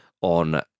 on